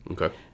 Okay